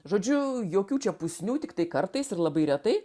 žodžiu jokių čia pusnių tiktai kartais ir labai retai